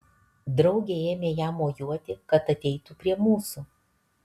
draugė ėmė jam mojuoti kad ateitų prie mūsų